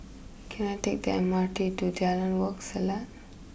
can I take the M R T to Jalan Wak Selat